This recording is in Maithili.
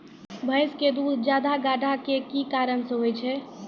भैंस के दूध ज्यादा गाढ़ा के कि कारण से होय छै?